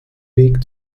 weg